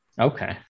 Okay